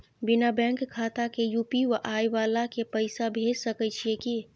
बिना बैंक खाता के यु.पी.आई वाला के पैसा भेज सकै छिए की?